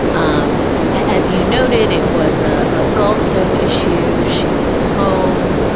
um as you noted, it was a ah gallstone issue. she's home.